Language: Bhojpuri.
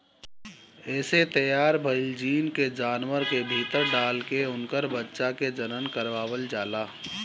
एसे तैयार भईल जीन के जानवर के भीतर डाल के उनकर बच्चा के जनम करवावल जाला